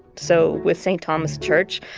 so, with saint thomas church,